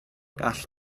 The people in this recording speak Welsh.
gall